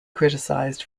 criticized